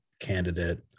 candidate